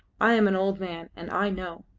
i am an old man, and i know.